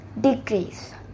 Decrease